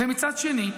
מצד שני,